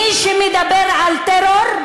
מי שמדבר על טרור,